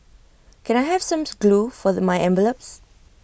can I have some glue for my envelopes